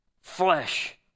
flesh